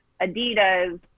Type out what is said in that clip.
adidas